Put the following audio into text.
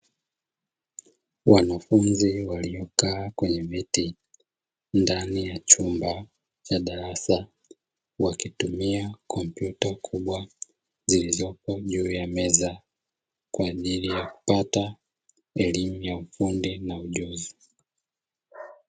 Wanafunzi waliokaa kwenye viti ndani ya chumba cha darasa, wakitumia kompyuta kubwa zilizopo juu ya meza kwa ajili ya kupata elimu ya ufundi na ujuzi.